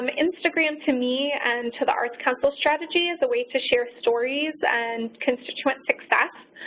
um instagram to me and to the arts council strategy is a way to share stories and constituent success,